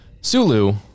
Sulu